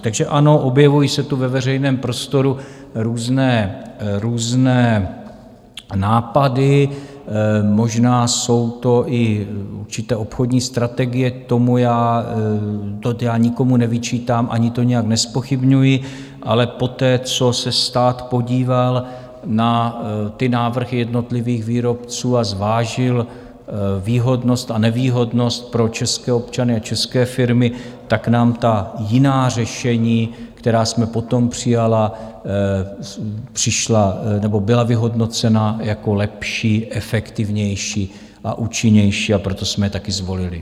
Takže ano, objevují se tu ve veřejném prostoru různé nápady, možná jsou to i určité obchodní strategie, to já nikomu nevyčítám ani to nijak nezpochybňuji, ale poté, co se stát podíval na návrhy jednotlivých výrobců a zvážil výhodnost a nevýhodnost pro české občany a české firmy, tak nám ta jiná řešení, která jsme potom přijali, přišla nebo byla vyhodnocena jako lepší, efektivnější a účinnější, a proto jsme je také zvolili.